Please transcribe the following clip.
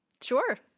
sure